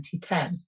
2010